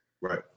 Right